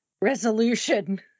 resolution